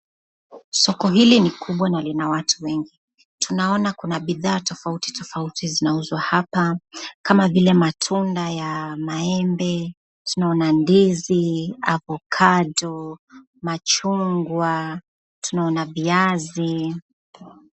Soko hili ni kubwa na lina watu wengi. Tunaona kuna bidhaa tofauti tofauti zinauzwa hapa kama vile: matunda ya maembe, tunaona ndizi, avokado , machungwa, tunaona viazi.